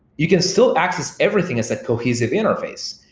you can still access everything as a cohesive interface.